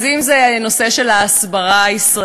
אז אם זה הנושא של ההסברה הישראלית,